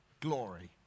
glory